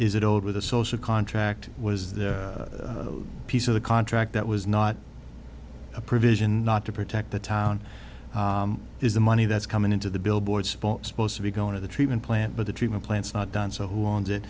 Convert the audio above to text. is it over the social contract was the piece of the contract that was not a provision not to protect the town is the money that's coming into the billboards supposed to be going to the treatment plant but the treatment plants not done so who want it